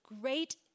great